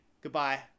goodbye